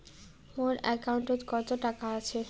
মোর একাউন্টত কত টাকা আছে?